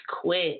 quit